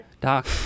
Doc